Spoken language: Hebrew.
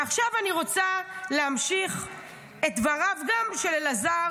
עכשיו אני רוצה להמשיך גם את דבריו של אלעזר,